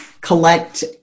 collect